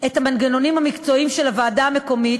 את המנגנונים המקצועיים של הוועדה המקומית